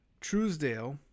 Truesdale